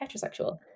heterosexual